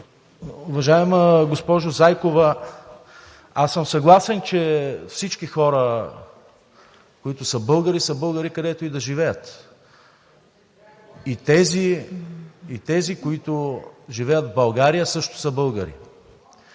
Уважаема госпожо Зайкова, аз съм съгласен, че всички хора, които са българи, са българи, където и да живеят и тези, които живеят в България, също са българи.